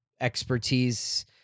expertise